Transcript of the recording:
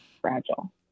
fragile